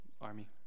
army